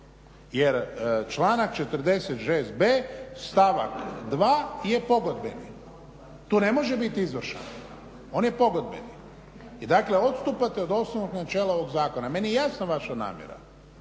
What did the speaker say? jer članak 46.b stavak 2.je pogodbeni, to ne može biti izvršan, on je pogodbeni i dakle odstupate od osnovnog načela ovog zakona. Meni je jasna vaša namjera